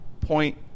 point